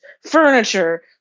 furniture